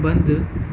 बंदि